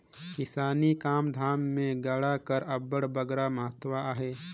किसानी काम धाम मे गाड़ा कर अब्बड़ बगरा महत अहे